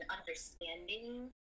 understanding